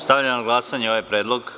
Stavljam na glasanje ovaj predlog.